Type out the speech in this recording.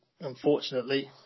unfortunately